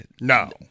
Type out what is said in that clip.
No